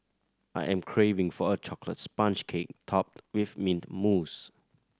I am craving for a chocolate sponge cake topped with mint mousse